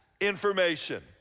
information